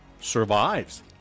Survives